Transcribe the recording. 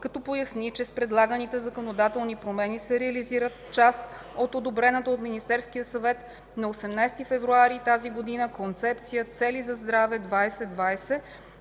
като поясни, че с предлаганите законодателни промени се реализира част от одобрената от Министерския съвет на 18 февруари тази година Концепция „Цели за здраве 2020”,